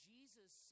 Jesus